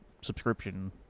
subscription